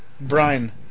Brian